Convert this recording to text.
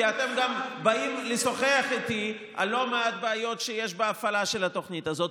כי אתם גם באים לשוחח איתי על לא מעט בעיות שיש בהפעלה של התוכנית הזאת.